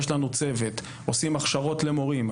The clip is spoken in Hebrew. יש לנו צוות: עושים הכשרות למורים,